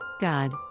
God